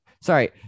Sorry